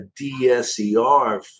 DSER